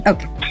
Okay